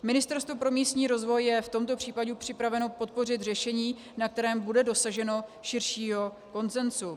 Ministerstvo pro místní rozvoj je v tomto případě připraveno podpořit řešení, na kterém bude dosaženo širšího konsenzu.